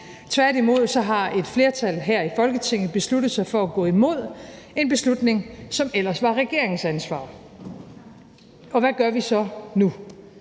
Tværtimod har et flertal her i Folketinget besluttet sig for at gå imod en beslutning, som ellers var regeringens ansvar. Og hvad gør vi så nu?